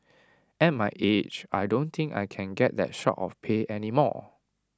at my age I don't think I can get that sort of pay any more